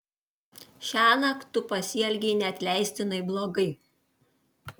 šiąnakt tu pasielgei neatleistinai blogai